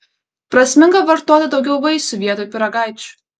prasminga vartoti daugiau vaisių vietoj pyragaičių